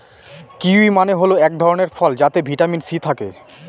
kiwi মানে হল এক ধরনের ফল যাতে ভিটামিন সি থাকে